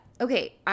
Okay